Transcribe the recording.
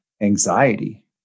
anxiety